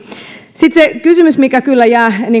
sitten se kysymys mikä kyllä jää